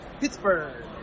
Pittsburgh